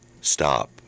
stop